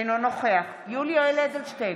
אינו נוכח יולי יואל אדלשטיין,